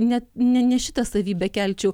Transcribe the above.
net ne šitą savybę kelčiau